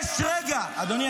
יש רגע ------ אדוני,